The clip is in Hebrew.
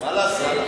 מה לעשות.